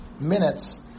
minutes